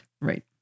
Right